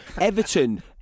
Everton